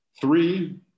Three